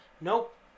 nope